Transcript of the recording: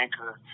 anchor